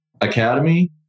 academy